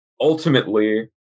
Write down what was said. ultimately